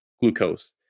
glucose